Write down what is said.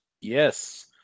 Yes